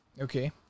Okay